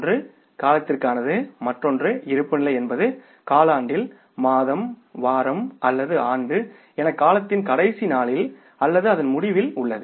ஒன்று காலத்திற்கானது மற்றொன்று இருப்புநிலை என்பது காலாண்டில் மாதம் வாரம் அல்லது ஆண்டு என காலத்தின் கடைசி நாளில் அல்லது அதன் முடிவில் உள்ளது